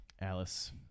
Alice